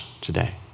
today